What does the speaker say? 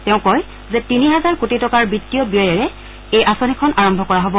তেওঁ কয় যে তিনি হাজাৰ কোটি টকাৰ বিত্তীয় ব্যয়েৰে এই আঁচনিখন আৰম্ভ কৰা হব